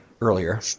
earlier